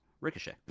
Ricochet